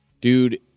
dude